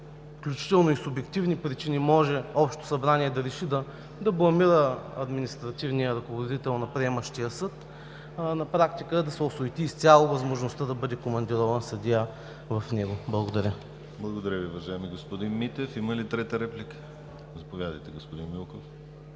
включително и субективни причини може общото събрание да реши да бламира административния ръководител на приемащия съд, на практика да се осуети изцяло възможността да бъде командирован съдия в него. Благодаря. ПРЕДСЕДАТЕЛ ДИМИТЪР ГЛАВЧЕВ: Благодаря, уважаеми господин Митев. Има ли трета реплика? Заповядайте, господин Милков.